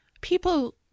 people